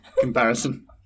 comparison